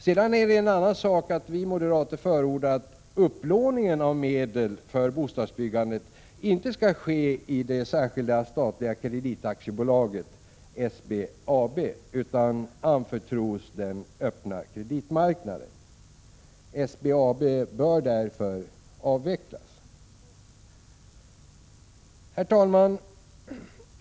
Sedan är det en annan sak att vi moderater förordar att upplåningen av medel för bostadsbyggandet inte skall ske i det särskilda statliga kreditaktiebolaget SBAB, utan anförtros den öppna kreditmarknaden. SBAB bör därför avvecklas. Herr talman!